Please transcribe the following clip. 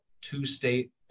two-state